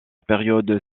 période